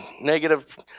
negative